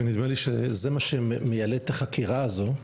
ונדמה לי שזה מה שמיילד את החקירה הזו,